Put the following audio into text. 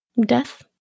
death